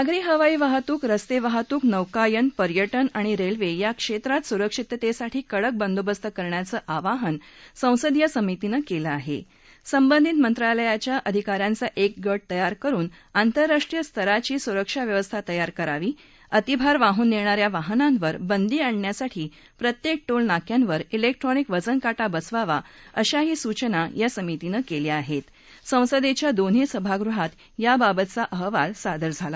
नागरी हवाई वाहतूक रस्त ब्राहतूक नौकानयन पर्यटन आणि रच्छित्रिया क्षश्रीत सुरक्षितत्तीठी कडक बंदोबस्त करण्याचं आवाहन संसदीय समितीनं कलि आहा सिंबंधित मंत्रालयाच्या अधिकाऱ्यांचा एक गट तयार करून आंतरराष्ट्रीय स्तराची सुरक्षा व्यवस्था तयार करावी अतिभार वाहून नग्गोऱ्या वाहनांवर बंदी आणण्यासाठी प्रत्यक्त टोलनाक्यांवर सेप्ट्रॉनिक वजनकाटा बसवावा अशाही सूचना या समितीनं कल्या आहृत्त संसदघ्या दोन्ही सभागृहात या बाबतचा अहवाल सादर झाला